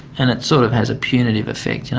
and it sort of has a punitive effect. you know,